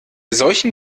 solchen